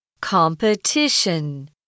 competition